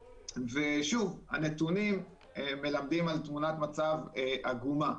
שוב, הנתונים מלמדים על תמונת מצב עגמה.